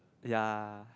ya